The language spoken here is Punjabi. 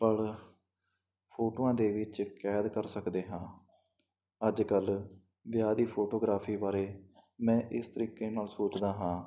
ਪਲ ਫੋਟੋਆਂ ਦੇ ਵਿੱਚ ਕੈਦ ਕਰ ਸਕਦੇ ਹਾਂ ਅੱਜ ਕੱਲ੍ਹ ਵਿਆਹ ਦੀ ਫੋਟੋਗ੍ਰਾਫੀ ਬਾਰੇ ਮੈਂ ਇਸ ਤਰੀਕੇ ਨਾਲ ਸੋਚਦਾ ਹਾਂ